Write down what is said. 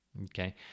okay